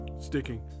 sticking